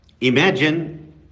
Imagine